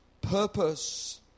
purpose